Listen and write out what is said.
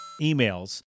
emails